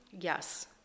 yes